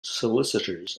solicitors